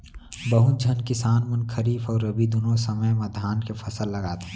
बहुत झन किसान मन खरीफ अउ रबी दुनों समे म धान के फसल लगाथें